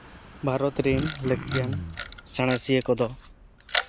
ᱵᱷᱟᱨᱚᱛ ᱨᱮᱱ ᱞᱟᱹᱠᱛᱤᱭᱟᱱ ᱥᱟᱬᱮᱥᱤᱭᱟᱹ ᱠᱚᱫᱚ